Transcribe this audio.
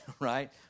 right